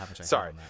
Sorry